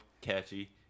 catchy